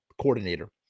coordinator